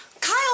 Kyle